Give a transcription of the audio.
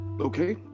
Okay